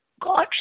God